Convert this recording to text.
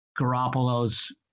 Garoppolo's